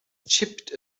chipped